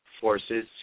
forces